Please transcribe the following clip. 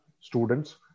students